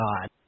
God